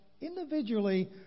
individually